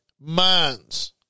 minds